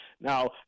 Now